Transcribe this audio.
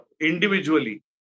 individually